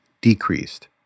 decreased